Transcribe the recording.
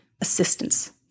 assistance